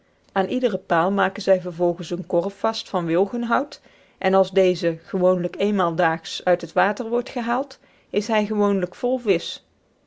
aan iederen paal maken zij vervolgens eenen korf vast van wilgenhout en als deze gewoonlijk eenmaal daags uit het water worden gehaald is hij gewoonlijk vol visch